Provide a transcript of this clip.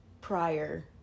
prior